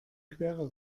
quere